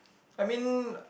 I mean